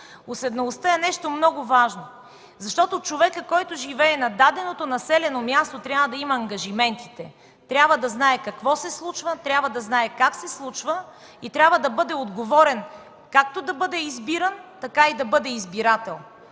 уседналостта е нещо много важно. Човекът, който живее на даденото населено място трябва да има ангажиментите, трябва да знае какво се случва, как се случва и трябва да бъде отговорен както да бъде избиран, така и да бъде избирател.